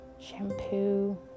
shampoo